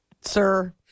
Sir